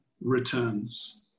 returns